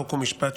חוק ומשפט,